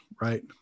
Right